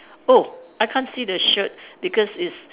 oh I can't see the shirt because it's